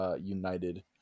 United